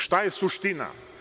Šta je suština?